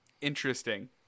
Interesting